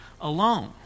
alone